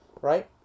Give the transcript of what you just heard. Right